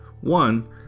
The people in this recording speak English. One